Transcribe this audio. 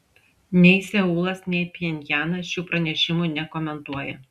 nei seulas nei pchenjanas šių pranešimų nekomentuoja